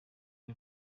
rwe